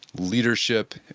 leadership,